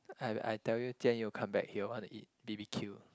I I tell you Jian-You come back he will want to eat b_b_q